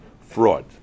fraud